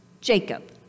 Jacob